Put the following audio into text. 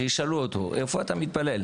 שישאלו אותו איפה אתה מתפלל?